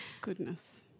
Goodness